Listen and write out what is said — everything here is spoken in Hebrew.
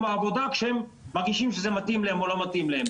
העבודה כאשר הם מרגישים שזה מתאים להם או לא מתאים להם.